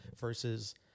versus